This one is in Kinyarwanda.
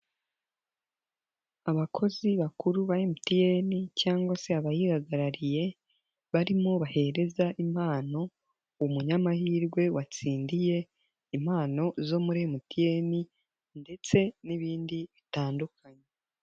Abakozi bakuru ba MTN cyangwa se abayihagarariye, barimo bahereza impano umunyamahirwe watsindiye impano zo muri MTN ndetse n'ibindi bitandukanye.